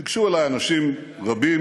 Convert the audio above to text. ניגשו אלי אנשים רבים